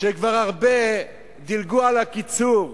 שכבר הרבה דילגו על הקיצור,